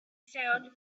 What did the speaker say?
sound